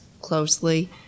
closely